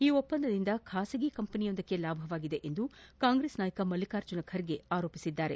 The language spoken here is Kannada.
ಈ ಒಪ್ಪಂದದಿಂದ ಖಾಸಗಿ ಕಂಪೆನಿಯೊಂದಕ್ಕೆ ಲಾಭವಾಗಿದೆ ಎಂದು ಕಾಂಗ್ರೆಸ್ ನಾಯಕ ಮಲ್ಲಿಕಾರ್ಜುನ ಖರ್ಗೆ ಆರೋಪಿಸಿದ್ದಾರೆ